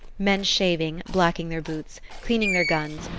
men shaving, blacking their boots, cleaning their guns,